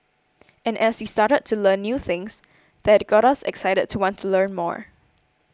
and as we started to learn new things that got us excited to want to learn more